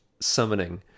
summoning